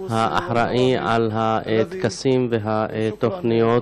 האחראי לטקסים והתוכניות,